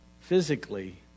physically